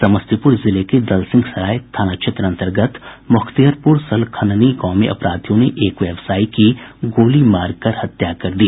समस्तीपुर जिले के दलसिंहसराय थाना क्षेत्र अन्तर्गत मोख्तियरपुर सलखननी गांव में अपराधियों ने एक व्यवसायी की गोली मारकर हत्या कर दी